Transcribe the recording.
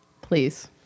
please